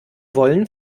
wollen